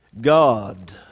God